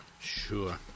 Sure